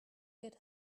get